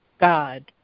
God